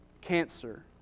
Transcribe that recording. cancer